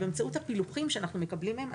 באמצעות הפילוחים שאנחנו מקבלים מהם,